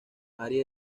área